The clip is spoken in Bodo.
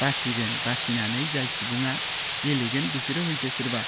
बासिगोन बासिनानै जाय सुबुङा गेलेगोन बिसोरो हयथ' सोरबा